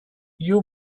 you